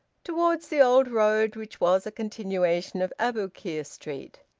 towards the old road which was a continuation of aboukir street.